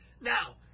Now